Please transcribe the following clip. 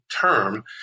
term